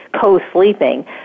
co-sleeping